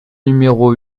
numéro